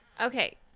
okay